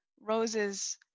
Rose's